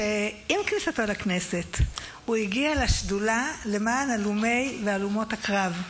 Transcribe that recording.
שעם כניסתו לכנסת הוא הגיע לשדולה למען הלומי והלומות הקרב.